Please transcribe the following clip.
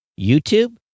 YouTube